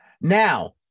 now